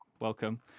Welcome